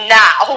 now